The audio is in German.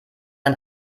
ein